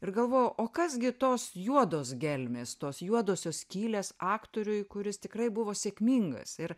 ir galvojau o kas gi tos juodos gelmės tos juodosios skylės aktoriui kuris tikrai buvo sėkmingas ir